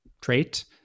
trait